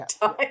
time